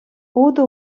утӑ